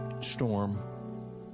storm